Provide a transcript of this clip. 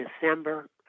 December